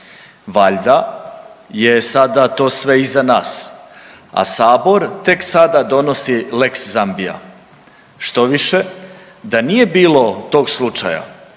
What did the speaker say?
Valjda je sada to sve iza nas, a sabor tek sada donosi lex Zambija. Štoviše da nije bilo tog slučaja